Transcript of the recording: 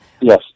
yes